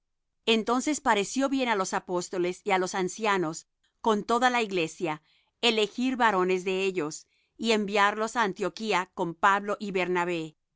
entonces pareció bien á los apóstoles y á los ancianos con toda la iglesia elegir varones de ellos y enviarlos á antioquía con pablo y bernabé